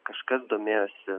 kažkas domėjosi